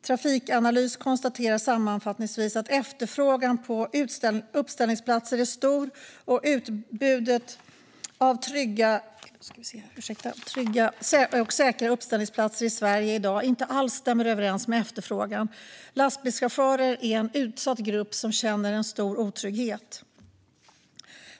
Trafikanalys konstaterar sammanfattningsvis att efterfrågan på uppställningsplatser är stor och att utbudet av trygga och säkra uppställningsplatser i Sverige i dag inte alls stämmer överens med efterfrågan. Lastbilschaufförer är en utsatt grupp som känner stor otrygghet.